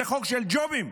זה חוק של ג'ובים.